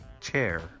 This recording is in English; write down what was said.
chair